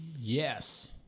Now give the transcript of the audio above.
Yes